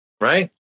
Right